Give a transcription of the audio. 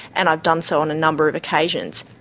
and i've done so on a number of occasions.